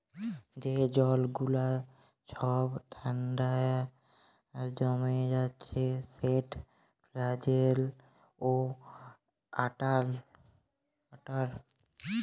যে জল গুলা ছব ঠাল্ডায় জমে যাচ্ছে সেট ফ্রজেল ওয়াটার